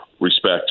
respect